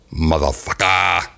Motherfucker